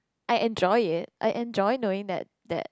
I enjoy it I enjoy knowing that that